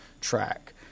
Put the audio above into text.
track